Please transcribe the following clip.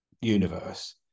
universe